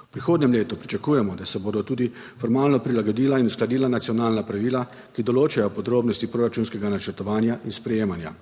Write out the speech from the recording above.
V prihodnjem letu pričakujemo, da se bodo tudi formalno prilagodila in uskladila nacionalna pravila, ki določajo podrobnosti proračunskega načrtovanja in sprejemanja.